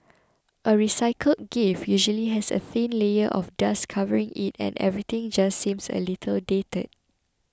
a recycled gift usually has a thin layer of dust covering it and everything just seems a little dated